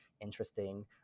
interesting